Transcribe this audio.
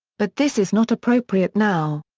but this is not appropriate now.